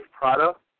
product